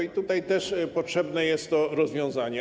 I tutaj też potrzebne jest to rozwiązanie.